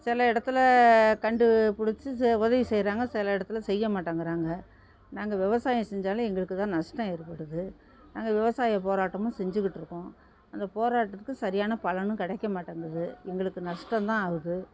சில இடத்துல கண்டுபிடிச்சி சே உதவி செய்கிறாங்க சில இடத்துல செய்ய மாட்டங்கிறாங்க நாங்கள் விவசாயம் செஞ்சாலும் எங்களுக்கு தான் நஷ்டம் ஏற்படுது நாங்கள் விவசாய போராட்டமும் செஞ்சிக்கிட்ருக்கோம் அந்த போராட்டத்துக்கு சரியான பலனும் கிடைக்கமாட்டங்குது எங்களுக்கு நஷ்டம் தான் ஆகுது